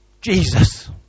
Jesus